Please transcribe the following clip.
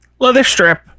Leatherstrip